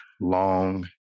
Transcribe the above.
long